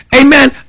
amen